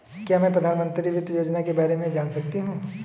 क्या मैं प्रधानमंत्री वित्त योजना के बारे में जान सकती हूँ?